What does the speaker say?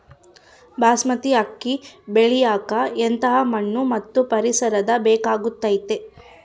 ಬಾಸ್ಮತಿ ಅಕ್ಕಿ ಬೆಳಿಯಕ ಎಂಥ ಮಣ್ಣು ಮತ್ತು ಪರಿಸರದ ಬೇಕಾಗುತೈತೆ?